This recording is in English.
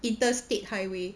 interstate highway